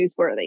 newsworthy